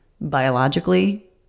biologically